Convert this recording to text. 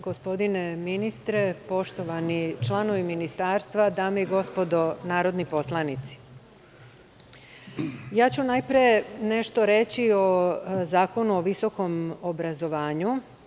Gospodine ministre, poštovani članovi Ministarstva, dame i gospodo narodni poslanici, najpre ću nešto reći o Zakonu o visokom obrazovanju.